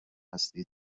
هستید